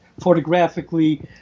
Photographically